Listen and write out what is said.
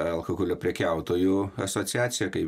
alkoholio prekiautojų asociacija kai